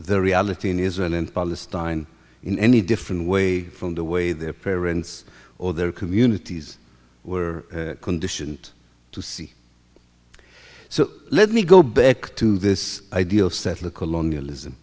the reality in israel and palestine in any different way from the way their parents or their communities were conditioned to see so let me go back to this idea of settler colonialism